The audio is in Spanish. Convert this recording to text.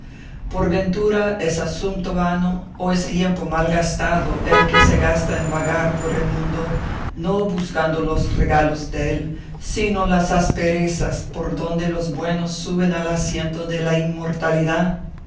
por ventura es asumpto vano o es tiempo mal gastado el que se gasta en vagar por el mundo no buscando los regalos dél sino las asperezas por donde los buenos suben al asiento de la inmortalidad